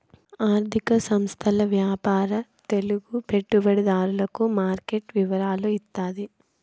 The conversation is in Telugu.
ఆర్థిక సంస్థల వ్యాపార తెలుగు పెట్టుబడిదారులకు మార్కెట్ వివరాలు ఇత్తాది